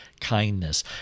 kindness